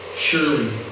Surely